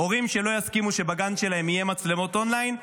הורים שלא יסכימו שבגן שלהם יהיה מצלמות און-ליין,